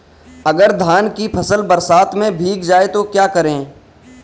अगर धान की फसल बरसात में भीग जाए तो क्या करें?